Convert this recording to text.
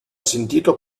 sentito